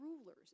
rulers